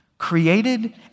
Created